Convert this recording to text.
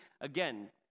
Again